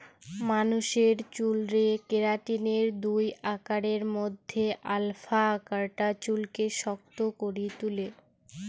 মানুষের চুলরে কেরাটিনের দুই আকারের মধ্যে আলফা আকারটা চুলকে শক্ত করি তুলে